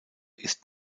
ist